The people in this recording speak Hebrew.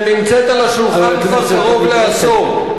שנמצאת על השולחן כבר קרוב לעשור.